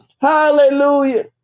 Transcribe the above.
hallelujah